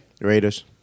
Raiders